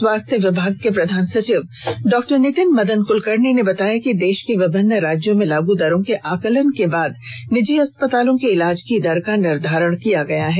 स्वास्थ्य विभाग के प्रधान सचिव डॉक्टर नितिन मदन कुलकर्णी ने बताया कि देश के विभिन्न राज्यों में लागू दरों के आकलन के बाद निजी अस्पतालों के इलाज की दर का निर्धारण किया गया है